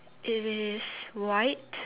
it is white